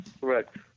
correct